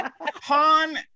Han